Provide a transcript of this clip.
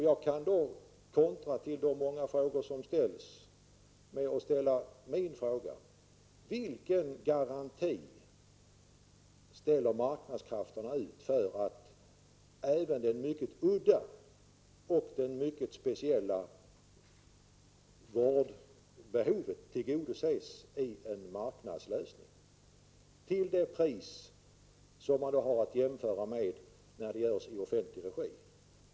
Jag kan kontra de många frågor som ställts med min fråga: Vilken garanti ställer marknadskrafterna för att även det mycket udda och speciella vårdbehovet tillgodoses till det pris som man har att jämföra med när vården bedrivs i offenlig regi?